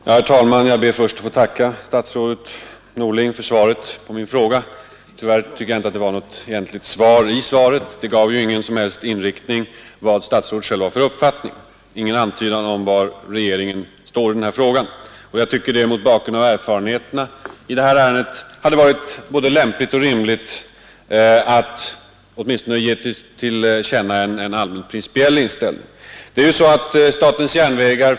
Herr talman! Jag ber först att få tacka statsrådet Norling för svaret på min fråga. Tyvärr tycker jag inte att det fanns något egentligt svar i svaret — det gav ingen som helst upplysning om vad statsrådet själv har för uppfattning, ingen antydan om var regeringen står i denna fråga. Mot bakgrunden av erfarenheterna i det här ärendet tycker jag att det hade varit både lämpligt och rimligt att statsrådet åtminstone hade givit till känna en allmän principiell inställning.